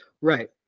Right